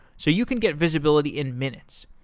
so you can get visibility in minutes.